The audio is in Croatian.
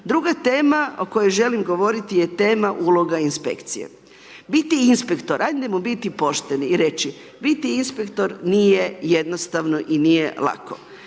Druga tema o kojoj želim govoriti je tema uloge inspekcije. Biti inspektor, ajdemo biti pošteni i reći, biti inspektor nije jednostavno i nije lako.